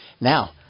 Now